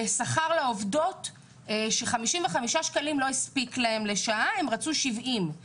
בשכר לעובדות ש-55 שקלים לשעה לא הספיקו להן הן רצו 70 שקלים לשעה.